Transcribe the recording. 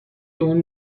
اون